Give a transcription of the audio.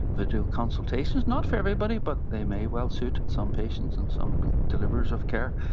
video consultations, not for everybody, but they may well suit some patients and some deliverers of care.